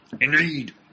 Indeed